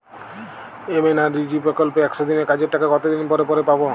MNREGA প্রকল্পে একশ দিনের কাজের টাকা কতদিন পরে পরে পাব?